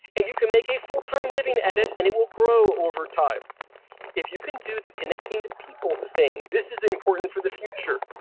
and you can make a full-time living at it, and it will grow over time if you can do the connecting to people thing, this is important for the future.